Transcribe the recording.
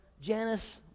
Janice